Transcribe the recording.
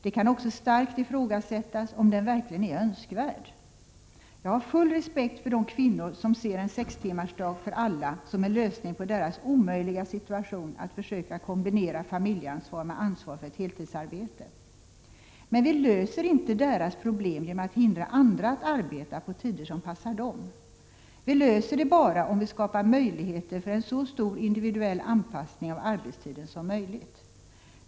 Det kan också starkt ifrågasättas om den verkligen är önskvärd. Jag har full respekt för de kvinnor som ser en sextimmarsdag för alla som en lösning på deras omöjliga situation att försöka kombinera familjeansvar med ansvar för ett heltidsarbete. Men vi löser inte deras problem genom att hindra andra att arbeta på tider som passar dem. Vi löser det bara om vi skapar möjligheter för en så stor individuell anpassning av arbetstiden som möjligt.